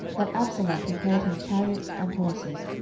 that absalom prepared him chariots and horses,